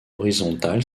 horizontales